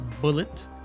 bullet